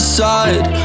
side